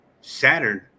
Saturn